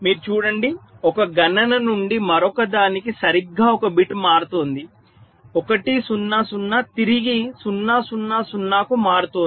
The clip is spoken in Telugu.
మీరు చుడండి ఒక గణన నుండి మరొకదానికి సరిగ్గా ఒక బిట్ మారుతోంది 1 0 0 తిరిగి 0 0 0 కు మారుతోంది